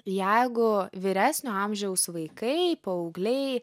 jeigu vyresnio amžiaus vaikai paaugliai